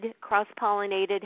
cross-pollinated